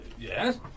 Yes